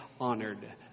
honored